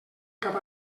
cap